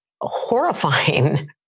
horrifying